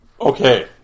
Okay